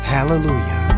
Hallelujah